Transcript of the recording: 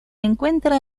encuentra